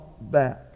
back